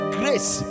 grace